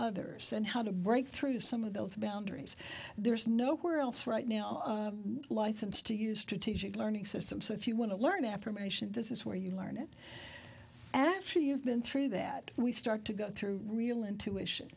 others and how to break through some of those boundaries there's nowhere else right now license to use strategic learning system so if you want to learn affirmation this is where you learn it after you've been through that we start to go through real intuition